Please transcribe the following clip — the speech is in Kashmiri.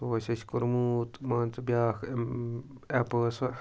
سُہ اوس اَسہِ کوٚرمُت مان ژٕ بیٛاکھ ایپہٕ ٲس سۄ